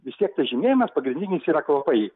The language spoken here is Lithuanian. vis tiek tas žymėjimas pagrindinis yra kvapai